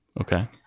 Okay